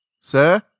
Sir